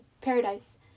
paradise